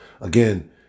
Again